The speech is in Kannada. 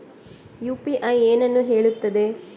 ಯು.ಪಿ.ಐ ಏನನ್ನು ಹೇಳುತ್ತದೆ?